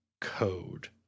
code